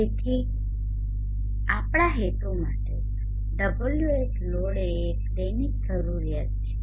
તેથી આપણા હેતુ માટે Whload એ એક દૈનિક જરૂરિયાત છે